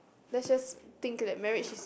let's just think that marriage is